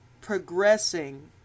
progressing